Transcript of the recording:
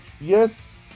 Yes